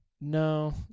no